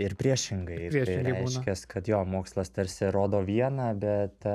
ir priešingai reiškias kad jo mokslas tarsi rodo vieną bet